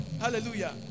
Hallelujah